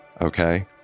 Okay